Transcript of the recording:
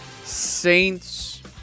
Saints